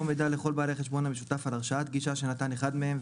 מידע לכל בעלי החשבון המשותף על הרשאת גישה שנתן אחד מהם,